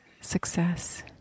success